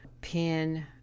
pin